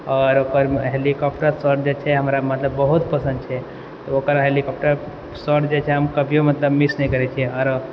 आओर ओकर helicopter shot जे छै हमरा मतलब बहुत पसंद छै ओकर हेलिकॉप्टर शॉट जे छै हम कभि यो मतलब मिस नहि करै छियै आओर